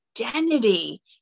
identity